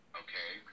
okay